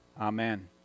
Amen